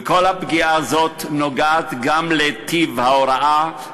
וכל הפגיעה הזאת נוגעת גם לטיב ההוראה,